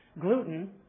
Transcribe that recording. gluten